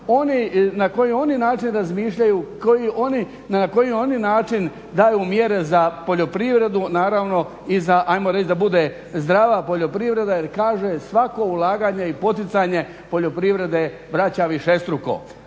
na koji način oni razmišljaju, na koji oni način daju mjere za poljoprivredu naravno i za ajmo reći da bude zdrava poljoprivreda? Jer kaže svako ulaganje i poticanje poljoprivrede vraća višestruko,